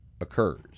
occurs